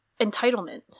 entitlement